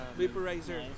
vaporizer